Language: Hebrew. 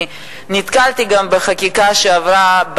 אני נתקלתי גם בחקיקה שעברה,